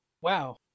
Wow